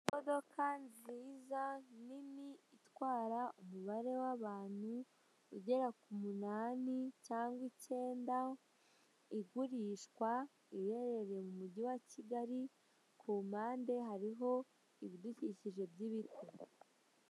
Imodoka nziza nini itwara umubare wabantu ugera ku munani cyangwa ikenda igurishwa iherereye mu mujyi wa kigali ku mpande hariho ibidukikije by'ibiti.